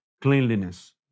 cleanliness